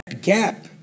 gap